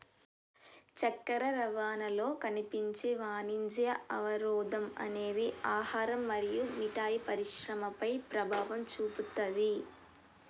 చక్కెర రవాణాలో కనిపించే వాణిజ్య అవరోధం అనేది ఆహారం మరియు మిఠాయి పరిశ్రమపై ప్రభావం చూపుతాది